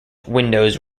windows